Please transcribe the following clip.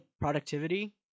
productivity